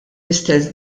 istess